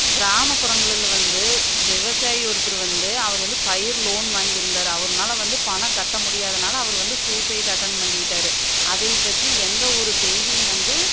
கிராமப்புறங்களில் வந்து விவசாயி ஒருத்தர் வந்து அவரு வந்து பயிர் லோன் வாங்கியிருந்தாரு அவருனால வந்து பணம் கட்ட முடியாதனால் அவரு வந்து சூசைட் அட்டண்ட் பண்ணிகிட்டாரு அதை பற்றி எந்த ஒரு செய்தியும் வந்து